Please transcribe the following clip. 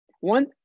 one